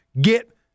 get